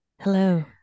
hello